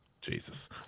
Jesus